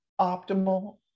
optimal